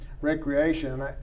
recreation